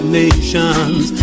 nations